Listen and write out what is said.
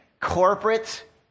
Corporate